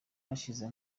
hashize